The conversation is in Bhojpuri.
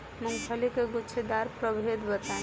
मूँगफली के गूछेदार प्रभेद बताई?